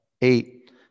eight